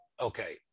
Okay